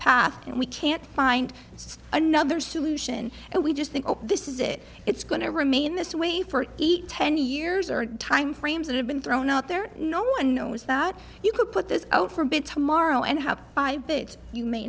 path and we can't find another solution and we just think this is it it's going to remain this way for eight ten years or timeframes that have been thrown out there no one knows that you could put this out for a bit tomorrow and have five bits you may